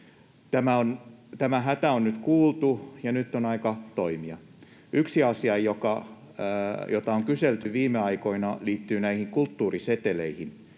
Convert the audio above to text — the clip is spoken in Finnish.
Tämä hätä on nyt kuultu, ja nyt on aika toimia. Yksi asia, jota on kyselty viime aikoina, liittyy näihin kulttuuriseteleihin.